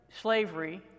slavery